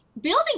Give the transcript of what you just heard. building